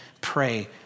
pray